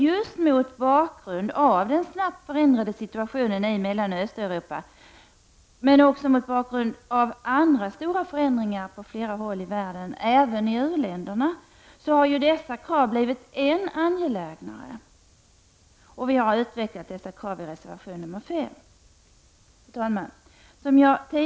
Just mot bakgrund av den snabbt förändrade situationen i Mellanoch Östeuropa, men också mot bakgrund av andra stora förändringar på flera håll i världen, även i u-länderna, har dessa krav blivit ännu angelägnare. Dessa krav har vi utvecklat i reservation nr 5. Fru talman!